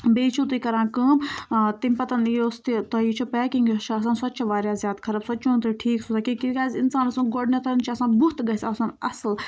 بیٚیہِ چھُو تُہۍ کَران کٲم تَمہِ پَتہٕ یۄس تہِ تۄہہِ یہِ چھو پیکِنٛگ یۄس چھِ آسان سۄ تہِ چھےٚ واریاہ زیادٕ خراب سۄ تہِ چھو نہٕ تُہۍ ٹھیٖک سوزان کیٚنٛہہ تِکیٛازِ اِنسانَس گۄڈٕنٮ۪تھ چھِ آسان بُتھ گژھِ آسُن اَصٕل